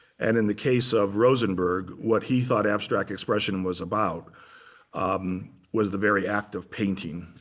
and in the case of rosenberg, what he thought abstract expression was about um was the very act of painting.